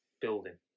building